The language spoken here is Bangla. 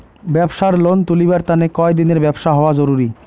ব্যাবসার লোন তুলিবার তানে কতদিনের ব্যবসা হওয়া জরুরি?